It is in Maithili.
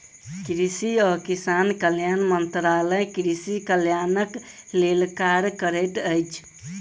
कृषि आ किसान कल्याण मंत्रालय कृषि कल्याणक लेल कार्य करैत अछि